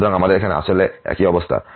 সুতরাং আমাদের এখানে আসলে একই অবস্থা